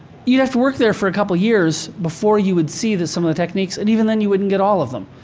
you have to work there for a couple years before you would see some of the techniques and even then you wouldn't get all of them.